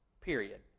period